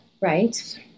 Right